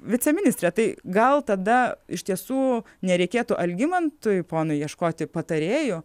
viceministre tai gal tada iš tiesų nereikėtų algimantui ponui ieškoti patarėjo